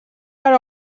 are